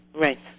Right